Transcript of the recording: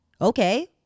Okay